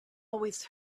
always